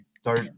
start